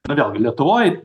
va vėlgi lietuvoje